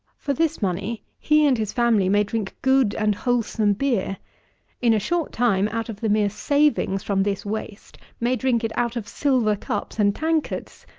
for this money, he and his family may drink good and wholesome beer in a short time, out of the mere savings from this waste, may drink it out of silver cups and tankards.